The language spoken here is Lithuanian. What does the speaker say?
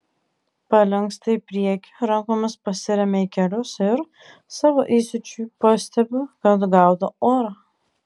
palinksta į priekį rankomis pasiremia į kelius ir savo įsiūčiui pastebi kad gaudo orą